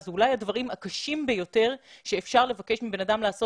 אלה אולי הדברים הקשים ביותר שאפשר לבקש מבן אדם לעשות